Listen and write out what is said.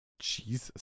jesus